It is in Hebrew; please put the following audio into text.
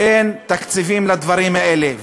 אין תקציבים לדברים האלה.